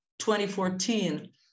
2014